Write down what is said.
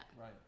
Right